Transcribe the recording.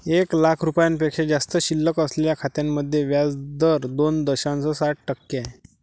एक लाख रुपयांपेक्षा जास्त शिल्लक असलेल्या खात्यांमध्ये व्याज दर दोन दशांश सात टक्के आहे